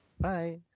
Bye